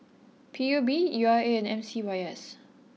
P U B U R A and M C Y S